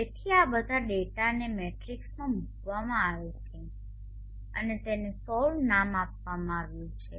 તેથી આ બધા ડેટાને મેટ્રિક્સમાં મૂકવામાં આવે છે અને તેને સોલવ નામ આપવામાં આવ્યું છે